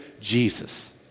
Jesus